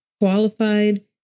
qualified